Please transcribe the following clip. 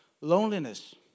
loneliness